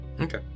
Okay